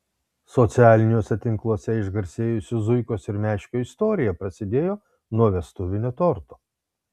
socialiniuose tinkluose išgarsėjusių zuikos ir meškio istorija prasidėjo nuo vestuvinio torto